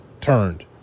turned